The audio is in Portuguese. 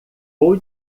vou